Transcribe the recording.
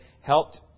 helped